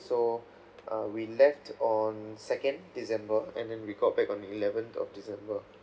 so uh we left on second december and then we got back on the eleventh of december